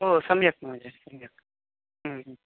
ओ सम्यक् महोदय सम्यक्